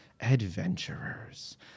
adventurers